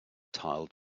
tiled